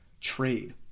trade